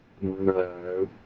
No